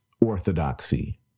orthodoxy